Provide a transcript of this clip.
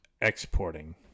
exporting